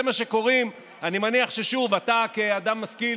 זה מה שקוראים לו, אני מניח, שוב, שאתה כאדם משכיל